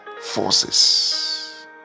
forces